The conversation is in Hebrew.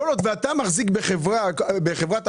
כל עוד אתה מחזיק בחברת אשראי,